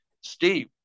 Steve